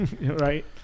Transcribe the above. right